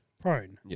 prone